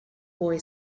boy